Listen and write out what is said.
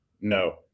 No